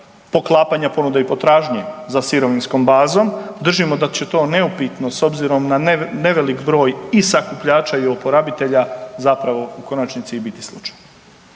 poklapanja ponude i potražnje za sirovinskom bazom. Držimo da će to neupitno s obzirom na nevelik broj i sakupljača i oporabitelja zapravo u konačnici i biti slučaj.